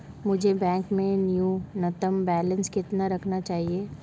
मुझे बैंक में न्यूनतम बैलेंस कितना रखना चाहिए?